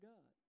God